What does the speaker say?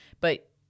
but-